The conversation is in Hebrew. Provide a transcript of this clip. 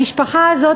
המשפחה הזאת,